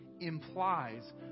Implies